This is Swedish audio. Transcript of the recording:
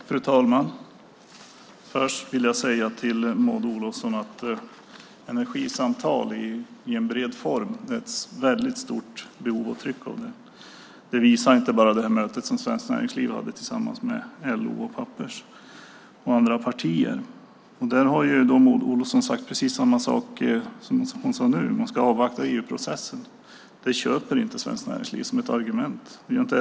Fru talman! Först vill jag säga till Maud Olofsson att energisamtal i bred form finns det ett stort behov av och ett tryck på. Det visar inte minst mötet som Svenskt Näringsliv hade med LO och Pappers och andra partier. Där sade Maud Olofsson samma sak som hon säger nu, nämligen att hon ska avvakta EU-processen. Det köper inte Svenskt Näringsliv eller LO som ett argument.